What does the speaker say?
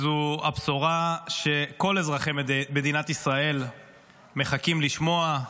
אני חושב שזו הבשורה שכל אזרחי מדינת ישראל מחכים לשמוע,